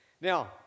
Now